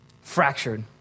Fractured